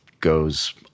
goes